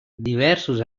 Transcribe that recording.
diversos